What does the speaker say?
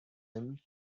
him